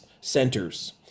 centers